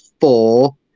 four